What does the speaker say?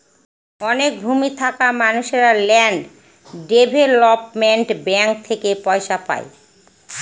অনেক ভূমি থাকা মানুষেরা ল্যান্ড ডেভেলপমেন্ট ব্যাঙ্ক থেকে পয়সা পায়